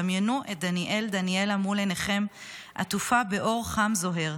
דמיינו את דניאל דניאלה מול עיניכם עטופה באור חם זוהר.